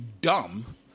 dumb